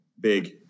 big